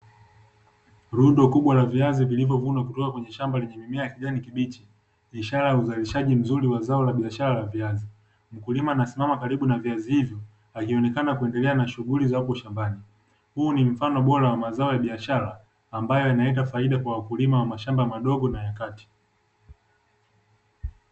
Rundo kubwa la viazi vilivyovuna kutoka kwenye shamba lenye mimea ya kijani kibichi, bishara ya uzalishaji mzuri wa zao la biashara la viazi mkulima anasimama karibu na viazi hivyo akionekana kuendelea na shughuli zako shambani huu ni mfano bora wa mazao ya biashara ambayo inaenda faida kwa wakulima wa mashamba madogo na ya kati